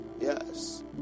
Yes